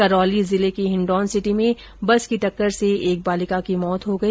करौली जिले की हिण्डोन सिटी में बस की टक्कर से एक बालिका की मौत हो गई